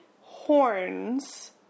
horns